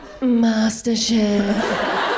Masterchef